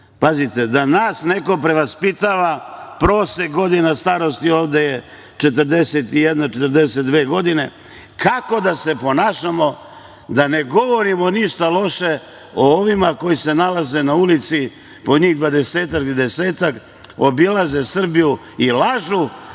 Pazite, da nas neki prevaspitava, prosek godina starosti ovde je 41, 42 godine, kako da se ponašamo, da ne govorimo ništa loše o ovima koji se nalaze na ulici, po njih dvadesetak, desetak obilaze Srbiju i lažu,